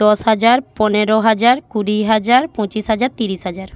দশ হাজার পনেরো হাজার কুড়ি হাজার পঁচিশ হাজার তিরিশ হাজার